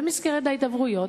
במסגרת ההידברויות,